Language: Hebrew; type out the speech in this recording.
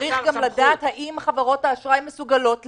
צריך גם לדעת האם חברות האשראי מסוגלות לקלוט,